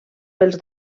pels